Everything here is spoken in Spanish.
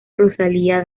rosalía